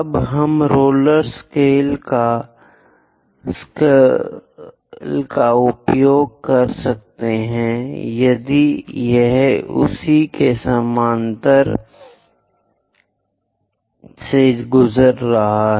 अब हम roller scaler का उपयोग कर सकते हैं यदि यह उसी के समानांतर से गुजर सकता है